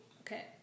okay